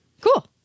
cool